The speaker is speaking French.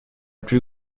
plus